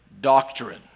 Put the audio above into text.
doctrine